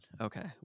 Okay